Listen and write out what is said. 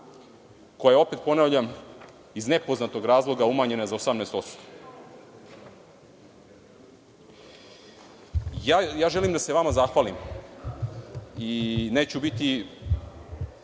koja je, opet ponavljam, iz nepoznatog razloga umanjena za 18%.Želim da se vama zahvalim i neću biti